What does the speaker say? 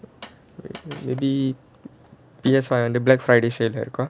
maybe P_S five வந்து:vanthu the black friday sale leh இருக்கும்:irukkum